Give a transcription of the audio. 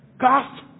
Cast